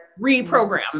reprogram